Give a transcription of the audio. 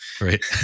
Right